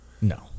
No